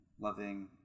loving